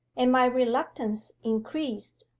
and my reluctance increased,